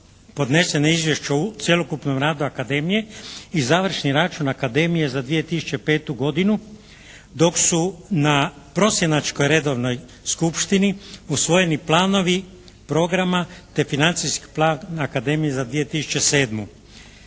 podneseno Izvješće o cjelokupnom radu Akademije i završni račun Akademije za 2005. godinu. Dok su na prosinačkoj redovnoj skupštini usvojeni planovi programa, te financijski plan Akademije za 2007. Na